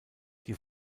die